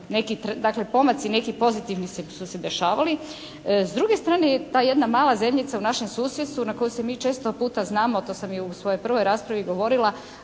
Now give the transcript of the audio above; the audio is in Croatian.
dakle pomaci, neki pozitivni su se dešavali. S druge strane ta jedna mala zemljica u našem susjedstvu na koju se mi često puta znamo, to sam i u svojoj prvoj raspravi govorila,